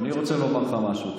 אני רוצה לומר לך משהו.